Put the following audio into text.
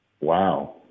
Wow